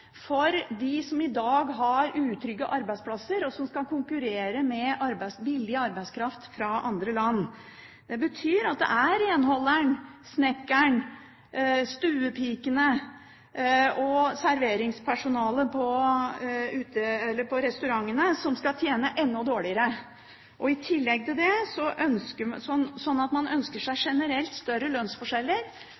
for dem som i dag har utrygge arbeidsplasser, og som skal konkurrere med billig arbeidskraft fra andre land. Det betyr at det er renholderen, snekkeren, stuepikene og serveringspersonalet på restaurantene som skal tjene enda dårligere. Så man ønsker seg generelt større lønnsforskjeller. Flere studier viser nå at